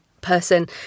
person